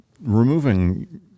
Removing